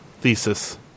thesis